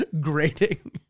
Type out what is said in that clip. grating